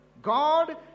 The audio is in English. God